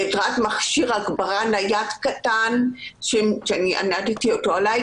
מכשיר הגברה נייד קטן שענדתי אותו עליי.